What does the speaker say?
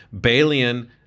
Balian